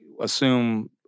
assume